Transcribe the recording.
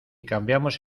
cambiamos